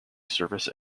service